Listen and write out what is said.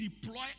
deploy